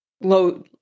low